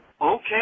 okay